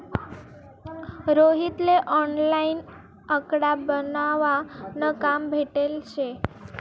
रोहित ले ऑनलाईन आकडा बनावा न काम भेटेल शे